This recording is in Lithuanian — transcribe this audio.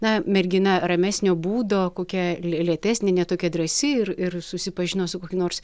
na mergina ramesnio būdo kokia lė lėtesnė ne tokia drąsi ir ir susipažino su kokiu nors